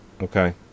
Okay